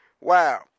Wow